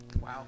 Wow